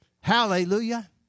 Hallelujah